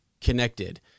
connected